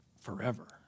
forever